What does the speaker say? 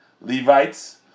Levites